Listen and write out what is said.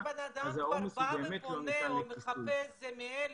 ברגע שאדם כבר בא ופונה או מחפש, זה מילא.